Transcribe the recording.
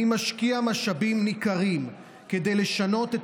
אני משקיע משאבים ניכרים כדי לשנות את